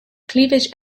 cleavage